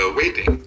waiting